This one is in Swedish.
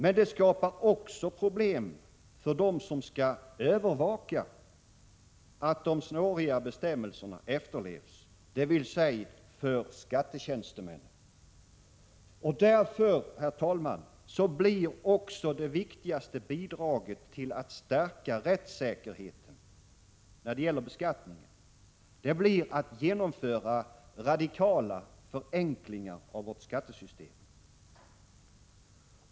Men det skapar också problem för dem som skall övervaka att de snåriga bestämmelserna efterlevs, dvs. skattetjänstemännen. Därför, herr talman, blir också det viktigaste bidraget till att stärka rättssäkerheten, när det gäller beskattningen, att genomföra radikala förenklingar av vårt skattesystem.